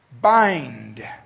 Bind